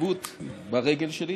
במקצועות הבריאות,